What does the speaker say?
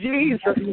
Jesus